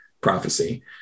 prophecy